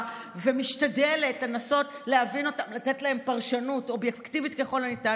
ומשתדלת לנסות לתת להם פרשנות אובייקטיבית ככל הניתן,